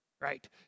right